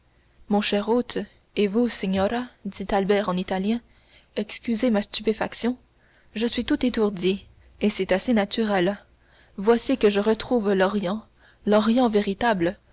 mon cher hôte et vous signora dit albert en italien excusez ma stupéfaction je suis tout étourdi et c'est assez naturel voici que je retrouve l'orient l'orient véritable